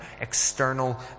external